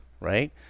right